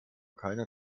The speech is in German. keiner